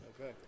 Okay